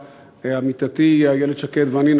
עמיתתי איילת שקד ואני,